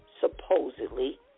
supposedly